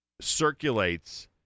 circulates